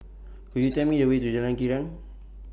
Could YOU Tell Me The Way to Jalan Krian